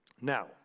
Now